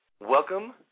Welcome